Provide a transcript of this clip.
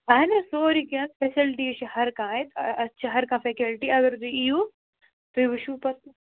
اَہَن حظ سورُے کیٚنٛہہ فیسَلٹیٖز چھِ ہر کانٛہہ اَتہِ اَتھ چھِ ہر کانٛہہ فیکلٹی اگر تُہۍ یِیو تُہۍ وٕچھِو پَتہٕ